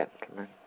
gentlemen